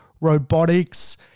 robotics